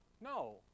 No